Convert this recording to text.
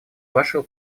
вашего